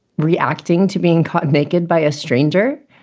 reacting to being caught naked by a stranger.